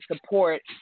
support